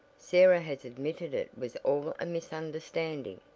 sarah has admitted it was all a misunderstanding.